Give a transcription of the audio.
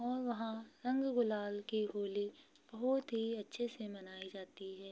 और वहाँ रंग गुलाल की होली बहुत ही अच्छे से मनाई जाती है